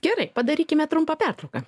gerai padarykime trumpą pertrauką